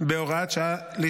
והוראת שעה)